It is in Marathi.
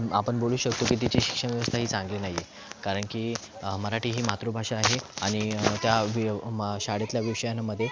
आपण बोलू शकतो की तिची शिक्षण व्यवस्था ही चांगली नाही आहे कारण की मराठी ही मातृभाषा आहे आणि त्या वि शाळेतल्या विषयांमध्ये